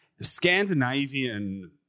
Scandinavian